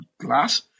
glass